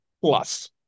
plus